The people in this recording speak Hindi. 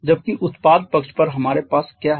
जबकि उत्पाद पक्ष पर हमारे पास क्या है